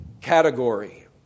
category